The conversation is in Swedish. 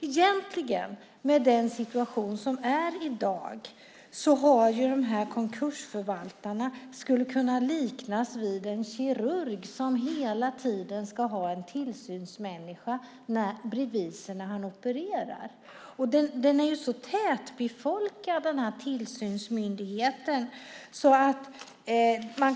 Egentligen skulle konkursförvaltaren i dagens situation kunna liknas vid en kirurg som hela tiden ska ha en tillsynsmänniska bredvid sig när han opererar. Tillsynsmyndigheten är tätbefolkad.